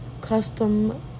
custom